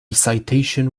citation